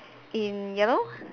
in yellow